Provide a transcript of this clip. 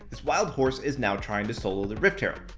this wild horse is now trying to solo the rift herald.